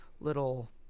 little